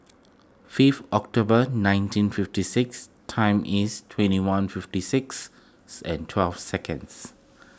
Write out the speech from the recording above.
fifth October nineteen fifty six time is twenty one fifty six and twelve seconds